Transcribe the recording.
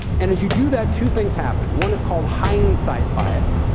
and as you do that, two things happen. one is called hindsight bias,